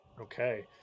okay